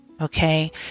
okay